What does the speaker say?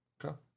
go